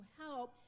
help